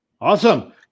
Awesome